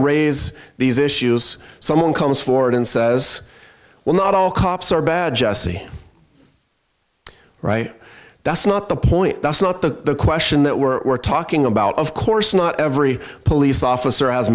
raise these issues someone comes forward and says well not all cops are bad jesse right that's not the point that's not the question that we're we're talking about of course not every police officer has